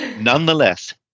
Nonetheless